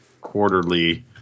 quarterly